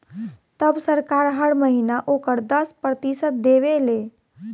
तब सरकार हर महीना ओकर दस प्रतिशत देवे ले